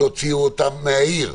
תוציאו אותם מהעיר.